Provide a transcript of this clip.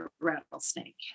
rattlesnake